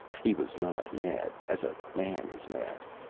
he was not mad, as a man is mad.